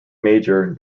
major